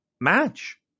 match